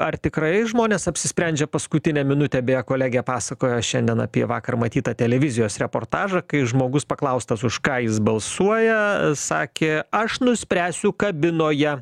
ar tikrai žmonės apsisprendžia paskutinę minutę beje kolegė pasakojo šiandien apie vakar matytą televizijos reportažą kai žmogus paklaustas už ką jis balsuoja sakė aš nuspręsiu kabinoje